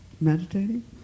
meditating